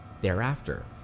thereafter